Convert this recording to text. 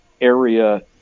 area